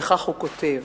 וכך הוא כותב: